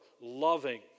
loving